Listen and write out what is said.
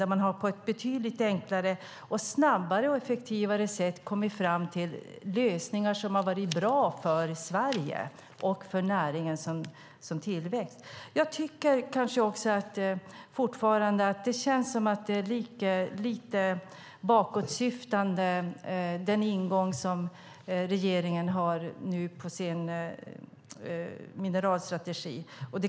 Där har man på ett betydligt enklare, snabbare och effektivare sätt kommit fram till lösningar som har varit bra för Sverige och för näringens tillväxt. Jag tycker fortfarande att den ingång som regeringen nu har med sin mineralstrategi känns lite bakåtsyftande.